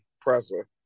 presser